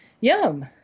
Yum